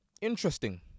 Interesting